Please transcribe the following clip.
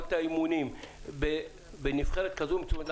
גם את האימונים בנבחרת כזו מצומצמת.